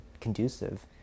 conducive